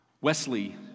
Wesley